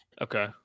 Okay